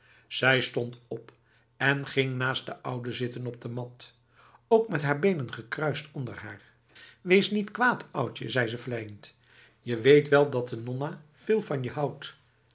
ze stond op en ging naast de oude zitten op de mat ook met haar benen gekruist onder haar wees niet kwaad oudje zei ze vleiend je weet wel dat nonna veel van je houdt